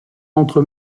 entre